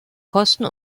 kosten